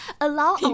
allow